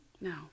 No